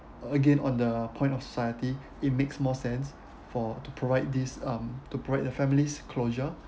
again on the point of society it makes more sense for to provide this um to provide the family's closure